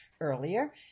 earlier